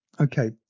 okay